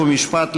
חוק ומשפט,